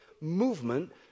movement